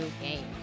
game